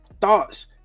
thoughts